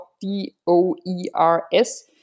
D-O-E-R-S